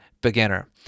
beginner